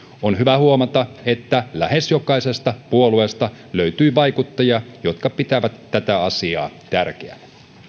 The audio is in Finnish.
on hyvä huomata että lähes jokaisesta puolueesta löytyi vaikuttajia jotka pitävät tätä asiaa tärkeänä